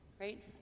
right